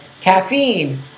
Caffeine